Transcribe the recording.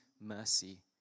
mercy